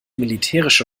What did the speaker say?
militärische